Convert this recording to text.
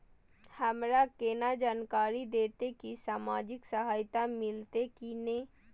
हमरा केना जानकारी देते की सामाजिक सहायता मिलते की ने?